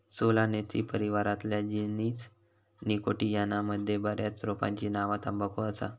Solanaceae परिवारातल्या genus Nicotiana मध्ये बऱ्याच रोपांची नावा तंबाखू असा